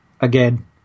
again